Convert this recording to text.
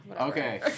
Okay